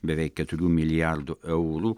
beveik keturių milijardų eurų